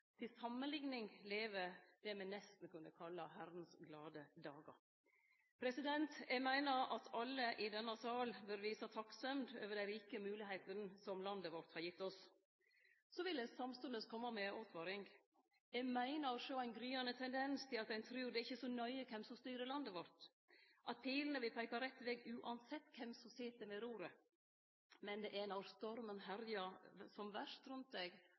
til samanlikning lever det me nesten kunne kalle herrens glade dagar. Eg meiner at alle i denne sal bør vise takksemd over dei rike moglegheitene som landet vårt har gitt oss. Så vil eg samstundes kome med ei åtvaring. Eg meiner å sjå ein gryande tendens til at ein trur det ikkje er så nøye kven som styrer landet vårt – at pilene vil peike rett veg uansett kven som sit ved roret. Men det er når stormen herjar som verst rundt